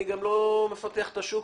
אני לא מפתח את השוק,